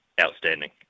outstanding